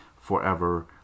forever